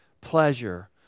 pleasure